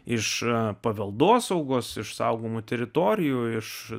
iš a paveldosaugos iš saugomų teritorijų iš